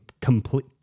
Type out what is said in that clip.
complete